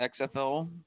XFL